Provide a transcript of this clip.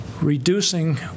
reducing